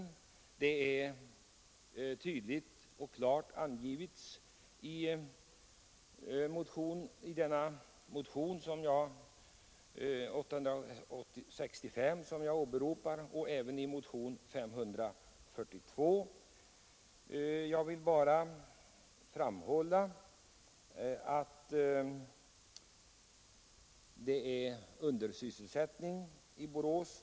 En sådan har tydligt och klart getts i motionen 865 och även i motionen 542. Jag vill bara framhålla att undersysselsättning råder i Borås.